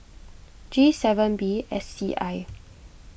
G seven B S C I